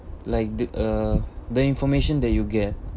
like the uh the information that you get